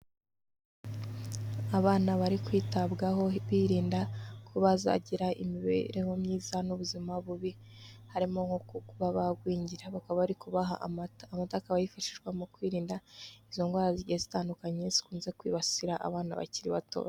Abana bari kwitabwaho birinda ko bazagira imibereho myiza n'ubuzima bubi, harimo kuba bagwingira bakaba bari kuba amata, amata akaba yifashishwa mu kwirinda izo ndwara zitandukanye zikunze kwibasira abana bakiri bato.